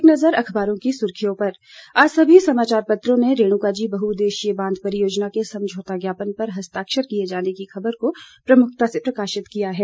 एक नज़र अखबारों की सुर्खियों पर आज सभी समाचार पत्रों ने रेणुकाजी बहुदेशीय बांध परियोजना के समझौता ज्ञापन पर हस्ताक्षर किये जाने की खबर को प्रमुखता से प्रकाशित किया है